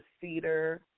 cedar